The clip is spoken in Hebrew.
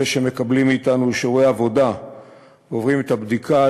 אלה שמקבלים מאתנו אישורי עבודה ועוברים את הבדיקה,